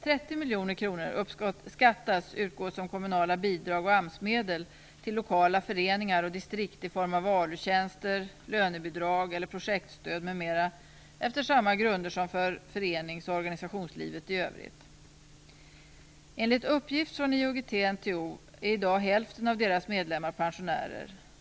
30 miljoner kronor uppskattas utgå som kommunala bidrag och AMS-medel till lokala föreningar och distrikt i form av ALU-tjänster, lönebidrag eller projektstöd m.m., enligt samma grunder som för förenings och organisationslivet i övrigt. Enligt uppgift från IOGT-NTO är i dag hälften av deras medlemmar pensionärer.